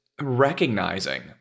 recognizing